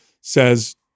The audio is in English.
says